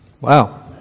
Wow